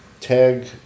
tag